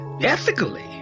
ethically